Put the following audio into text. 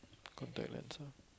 contact lens